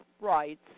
rights